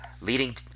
leading